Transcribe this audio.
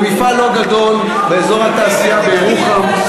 זה מפעל לא גדול באזור התעשייה בירוחם,